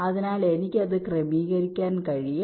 അതിനാൽ എനിക്ക് അത് ക്രമീകരിക്കാൻ കഴിയും